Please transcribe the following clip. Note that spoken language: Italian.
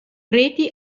reti